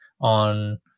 on